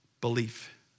Belief